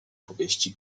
powieści